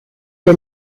del